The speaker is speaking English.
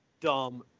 dumb